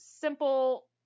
simple